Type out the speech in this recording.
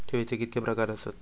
ठेवीचे कितके प्रकार आसत?